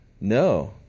No